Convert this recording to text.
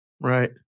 Right